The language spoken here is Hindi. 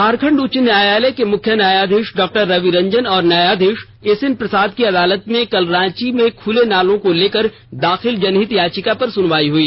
झारखंड उच्च न्यायालय के मुख्य न्यायाधीश डॉ रवि रंजन और न्यायाधीश एसएन प्रसाद की अदालत में कल रांची शहर में खुले नालों को लेकर दाखिल जनहित याचिका पर सुनवाई हुई